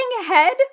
ahead